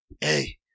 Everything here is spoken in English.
Hey